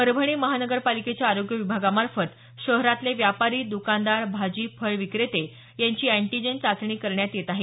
परभणी महानगरपालिकेच्या आरोग्य विभागामार्फत शहरातले व्यापारी द्कानदार भाजी फळ विक्रेते यांची अँटिजेन चाचणी करण्यात येत आहे